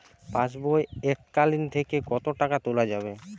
পাশবই এককালীন থেকে কত টাকা তোলা যাবে?